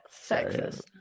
Sexist